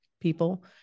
people